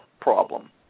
problem